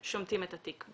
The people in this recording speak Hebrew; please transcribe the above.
שומטים את התיק.